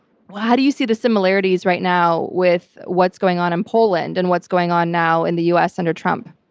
how do you see the similarities right now with what's going on in poland and what's going on now in the us under trump?